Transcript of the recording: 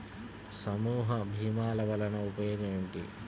సమూహ భీమాల వలన ఉపయోగం ఏమిటీ?